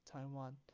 Taiwan